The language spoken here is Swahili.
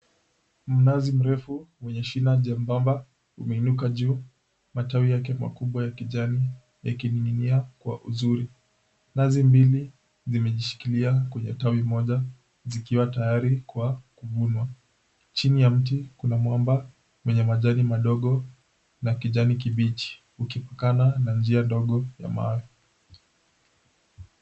Mnazi mrefu wenye shina jembamba umeinuka juu, matawi yake makubwa ya kijani yakining'inia kwa uzuri. Nazi mbili zimejishikilia kwenye tawi moja zikiwa tayari kwa kuvunwa. Chini ya mti kuna mwamba wenye majani madogo na kijani kibichi ukitokana na njia ndogo ya mawe.